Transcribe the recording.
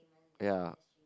ya